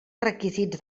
requisits